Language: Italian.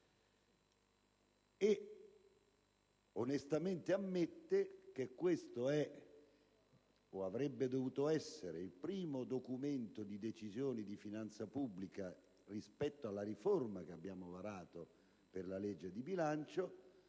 onestamente che questo è, o avrebbe dovuto essere, il primo documento di Decisione di finanza pubblica rispetto alla riforma che abbiamo varato per la legge di bilancio,